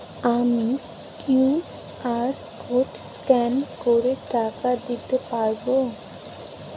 আমি QR code scan করে টাকা দিতে পারবো?